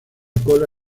cola